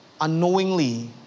unknowingly